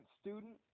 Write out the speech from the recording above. student